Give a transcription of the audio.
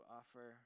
offer